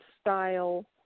style